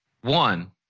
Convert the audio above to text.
one